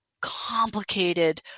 complicated